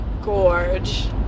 gorge